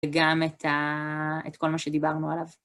וגם את כל מה שדיברנו עליו.